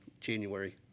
January